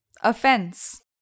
Offense